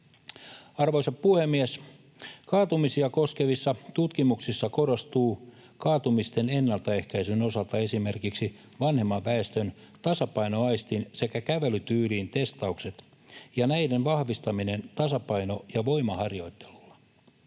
Arvoisa puhemies! Kaatumisia koskevissa tutkimuksissa korostuu kaatumisten ennaltaehkäisyn osalta esimerkiksi vanhemman väestön tasapainoaistin sekä kävelytyylin testaukset ja näiden vahvistaminen tasapaino- ja voimaharjoittelulla.